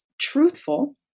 truthful